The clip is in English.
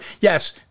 Yes